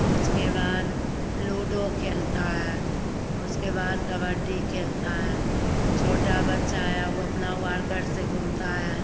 उसके बाद लूडो खेलता है उसके बाद कबड्डी खेलता है छोटा बच्चा है वह अपना वार्कर से घूमता है